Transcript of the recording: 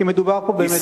כי מדובר פה באמת,